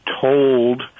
told